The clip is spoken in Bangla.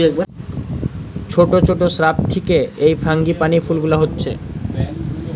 ছোট ছোট শ্রাব থিকে এই ফ্রাঙ্গিপানি ফুল গুলা হচ্ছে